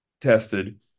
tested